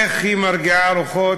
איך היא מרגיעה רוחות,